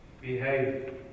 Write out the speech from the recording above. behave